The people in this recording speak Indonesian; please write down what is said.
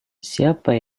siapa